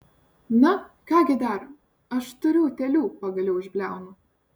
na ką gi dar aš turiu utėlių pagaliau išbliaunu